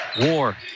War